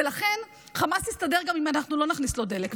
ולכן חמאס יסתדר גם אם אנחנו לא נכניס לו דלק.